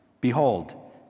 Behold